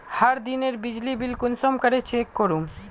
हर दिनेर बिजली बिल कुंसम करे चेक करूम?